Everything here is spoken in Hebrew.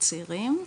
וצעירים.